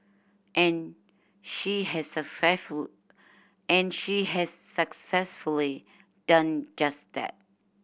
and she has successful and she has successfully done just that